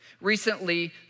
Recently